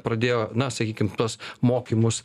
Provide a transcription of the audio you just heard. pradėjo na sakykim tuos mokymus